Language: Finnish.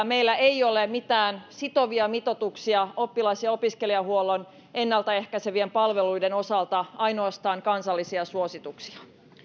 meillä ei ole mitään sitovia mitoituksia oppilas ja opiskelijahuollon ennalta ehkäisevien palveluiden osalta ainoastaan kansallisia suosituksia